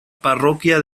parroquia